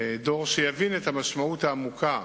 דור שיבין את המשמעות העמוקה